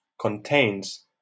contains